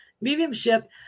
mediumship